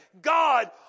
God